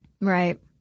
Right